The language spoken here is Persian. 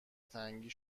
تنگی